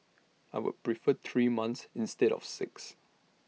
I would prefer three months instead of six